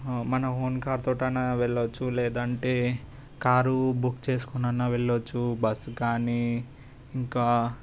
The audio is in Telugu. మన ఓన్ కారుతోటి అయిన అయినా వెళ్ళవచ్చు లేదంటే కారు బుక్ చేసుకుని అన్న వెళ్లవచ్చు బస్సు కానీ ఇంకా